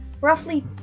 roughly